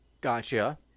Gotcha